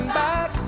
back